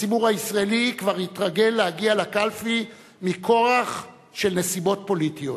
הציבור הישראלי כבר התרגל להגיע לקלפי מכורח של נסיבות פוליטיות,